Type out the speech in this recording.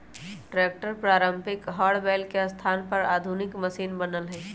tractor पारम्परिक हर बैल के स्थान पर आधुनिक मशिन बनल हई